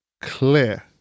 clear